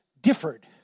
differed